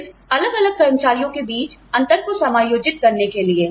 सिर्फ अलग अलग कर्मचारियों के बीच अंतर को समायोजित करने के लिए